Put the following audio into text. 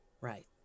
Right